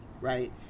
right